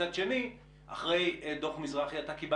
מצד שני, אחרי דוח מזרחי אתה,